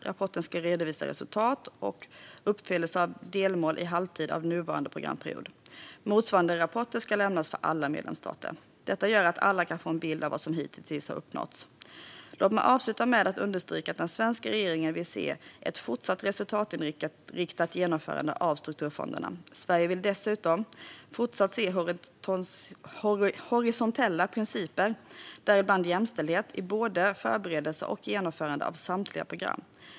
Rapporten ska redovisa resultat och uppfyllelse av delmål i halvtid av nuvarande programperiod. Motsvarande rapporter ska lämnas för alla medlemsstater. Detta gör att alla kan få en bild av vad som hittills har uppnåtts. Låt mig avsluta med att understryka att den svenska regeringen vill se ett fortsatt resultatinriktat genomförande av strukturfonderna. Sverige vill dessutom även i fortsättningen se horisontella principer, däribland jämställdhet, i både förberedelse och genomförande av samtliga program.